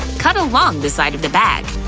cut along the side of the bag.